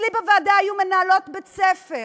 היו אצלי בוועדה מנהלות בתי-ספר